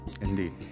Indeed